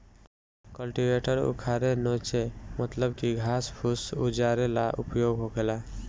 cultivator उखारे नोचे मतलब की घास फूस उजारे ला उपयोग होखेला